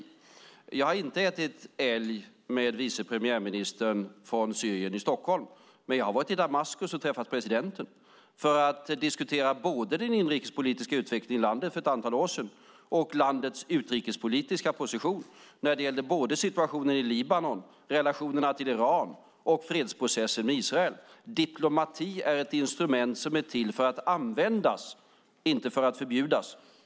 Jag har inte ätit älg med vice premiärministern från Syrien i Stockholm. Men jag har varit i Damaskus och träffat presidenten för att diskutera både den inrikespolitiska utvecklingen i landet, för ett antal år sedan, och landets utrikespolitiska position. Det gällde situationen i Libanon, relationerna till Iran och fredsprocessen med Israel. Diplomati är ett instrument som är till för att användas, inte för att förbjudas.